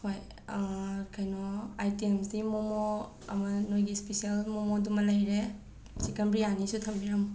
ꯍꯣꯏ ꯀꯩꯅꯣ ꯑꯩꯏꯇꯦꯝꯗꯤ ꯃꯣꯃꯣ ꯑꯃ ꯅꯣꯏꯒꯤ ꯏꯁꯄꯤꯁꯦꯜ ꯃꯣꯃꯣꯗꯨ ꯑꯃ ꯂꯩꯔꯦ ꯆꯤꯛꯀꯟ ꯕꯤꯔꯌꯥꯅꯤꯁꯨ ꯊꯝꯕꯤꯔꯝꯃꯨ